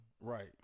Right